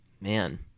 man